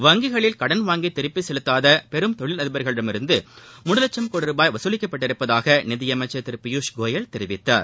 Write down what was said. வங்கிகளில் கடன் வாங்கி திருப்பிச் செலுத்தாத பெருந்தொழில் அதிபர்களிடமிருந்து மூன்று லட்சம் கோடி ரூபாய் வசூலிக்கப்பட்டிருப்பதாக நிதி அமைச்சர் திரு பியூஷ் கோயல் தெரிவித்துள்ளார்